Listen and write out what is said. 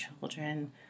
children